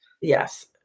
Yes